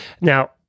Now